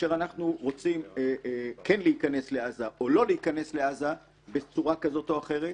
כאשר אנחנו רוצים כן להיכנס לעזה או לא להיכנס לעזה בצורה כזאת או אחרת,